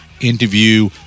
interview